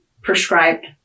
prescribed